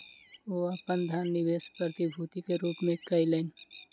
ओ अपन धन निवेश प्रतिभूति के रूप में कयलैन